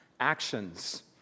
Actions